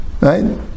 right